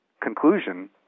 conclusion